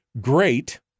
Great